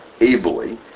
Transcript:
ably